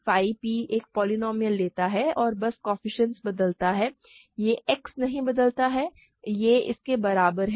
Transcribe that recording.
phi p एक polynomial लेता है और बस कोएफ़िशिएंट्स बदलता है यह X नहीं बदलता है यह इसके बराबर है